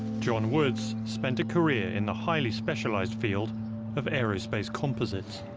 john woods spent a career in the highly specialized field of aerospace composites.